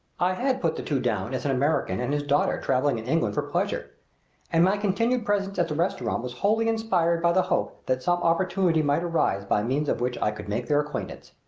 i had put the two down as an american and his daughter traveling in england for pleasure and my continual presence at the restaurant was wholly inspired by the hope that some opportunity might arise by means of which i could make their acquaintance.